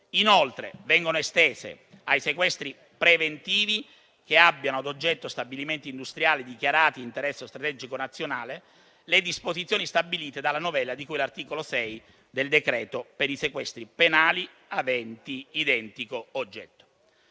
Inoltre, vengono estese ai sequestri preventivi che abbiano ad oggetto stabilimenti industriali dichiarati di interesse strategico nazionale le disposizioni stabilite dalla novella di cui all'articolo 6 del decreto per i sequestri penali aventi identico oggetto.